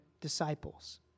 disciples